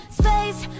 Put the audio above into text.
space